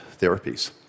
therapies